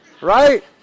Right